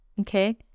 okay